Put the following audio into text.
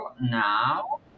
now